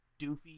doofy